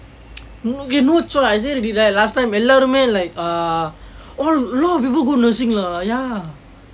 no okay no choice I say already right last time எல்லாருமே:ellarume like uh a lot of people go nursing lah ya